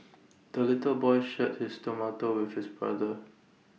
the little boy shared his tomato with his brother